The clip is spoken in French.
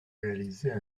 réaliser